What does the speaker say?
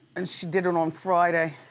and she did it on friday.